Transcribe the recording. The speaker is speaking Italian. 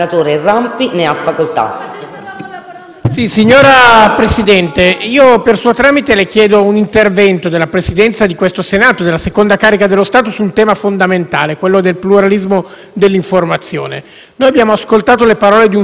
Signor Presidente, per suo tramite le chiedo un intervento della Presidenza di questo Senato, seconda carica dello Stato, su un tema fondamentale, quello del pluralismo dell'informazione. Abbiamo ascoltato le parole di un Sottosegretario preposto a questo tema